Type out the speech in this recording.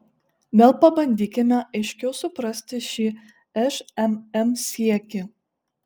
vėl pabandykime aiškiau suprasti šį šmm siekį